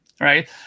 right